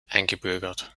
eingebürgert